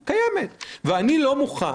היא קיימת, ואני לא מוכן